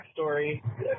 backstory